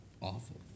awful